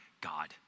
God